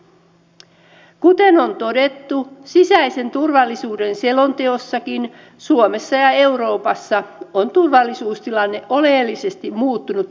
kuten on todettu sisäisen turvallisuuden selonteossakin suomessa ja euroopassa on turvallisuustilanne oleellisesti muuttunut lyhyellä aikavälillä